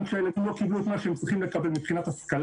גם כשהילדים לא קיבלו את מה שהם היו צריכים לקבל מבחינת השכלה,